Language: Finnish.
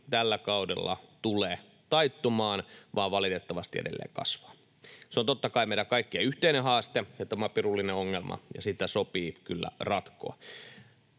tällä kaudella tule taittumaan vaan valitettavasti edelleen kasvaa. Se on totta kai meidän kaikkien yhteinen haaste, ja tämä on pirullinen ongelma, jota sopii kyllä ratkoa,